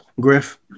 Griff